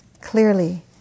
clearly